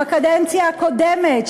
בקדנציה הקודמת,